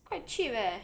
it's quite cheap leh